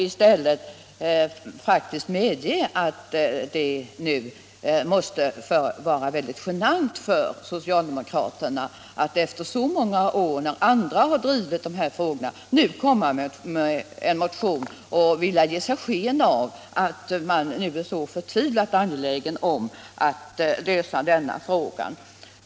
I stället bör hon medge att det måste vara genant för socialdemokraterna att nu efter så många år, när andra har drivit dessa frågor, komma med en motion och vilja ge sken av att man är så förtvivlat angelägen om att lösa denna fråga.